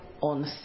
on